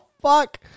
fuck